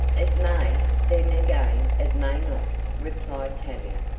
it may, then again it may not, replied tavia.